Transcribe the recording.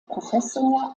professor